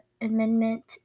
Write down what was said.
Amendment